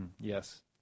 Yes